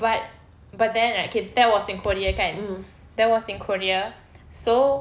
but but then right okay that time was in korea kan that was in korea so